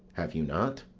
have you not?